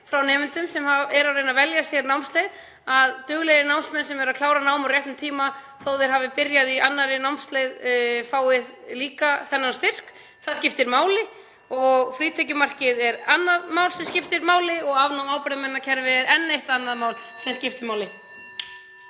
frá nemendum sem eru að reyna að velja sér námsleið og að duglegir námsmenn sem eru að klára nám á réttum tíma þó að þeir hafi byrjað á annarri námsleið fái líka þennan styrk. Það skiptir máli. (Forseti hringir.) Frítekjumarkið er annað mál sem skiptir máli og afnám ábyrgðarmannakerfis síðan enn eitt sem skiptir máli.